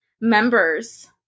members